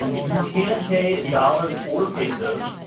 um you can pay in dollars or pesos,